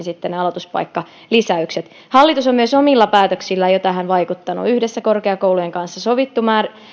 sitten myöskin ne aloituspaikkalisäykset hallitus on jo myös omilla päätöksillään tähän vaikuttanut yhdessä korkeakoulujen kanssa on sovittu